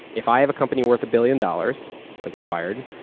if i have a company worth a billion dollars like acquired,